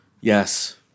Yes